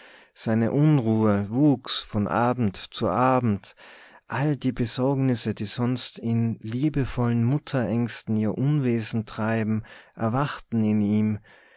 seine unruhe wuchs von abend zu abend alle die besorgnisse die sonst nur in liebevollen mutterängsten ihr unwesen treiben erwachten in ihm